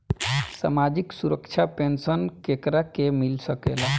सामाजिक सुरक्षा पेंसन केकरा के मिल सकेला?